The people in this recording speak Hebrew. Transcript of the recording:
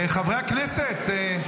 חברי הכנסת.